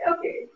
Okay